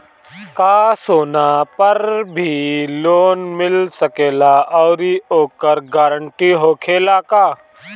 का सोना पर भी लोन मिल सकेला आउरी ओकर गारेंटी होखेला का?